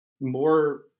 more